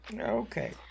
Okay